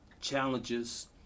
challenges